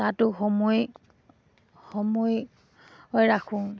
তাতো সময় সময় ৰাখোঁ